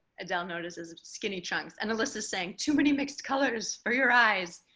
adele notices skinny chunks and alyssa's saying too many mixed colors for your eyes